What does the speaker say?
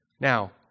Now